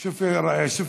(אומר בערבית: ראיתי שרשום ג'.)